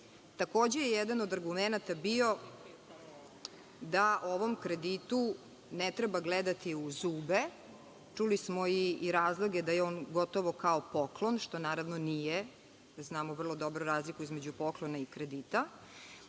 Takođe je jedan od argumenata bio da ovom kreditu ne treba gledati u zube. Čuli smo i razloge da je on gotovo kao poklon, što naravno nije. Znamo vrlo dobro razliku između poklona i kredita.